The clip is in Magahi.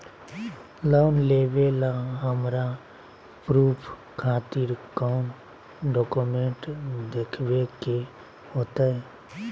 लोन लेबे ला हमरा प्रूफ खातिर कौन डॉक्यूमेंट देखबे के होतई?